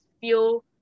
feel